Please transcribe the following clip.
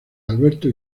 alberto